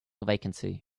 vacancy